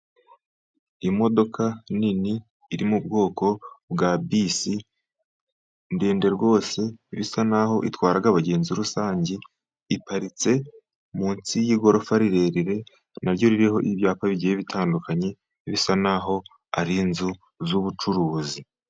Imodoka nini iri mu bwoko bwa bisi, ndende rwose, bisa n'aho itwara abagenzi rusange, iparitse munsi yigorofa rirerire, naryo ririho ibyapa bigiye bitandukanye, bisa naho ari inzu z'ubucuruzi.